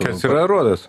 kas yra aruodas